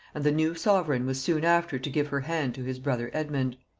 and the new sovereign was soon after to give her hand to his brother edmund.